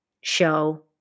show